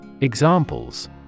Examples